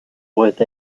with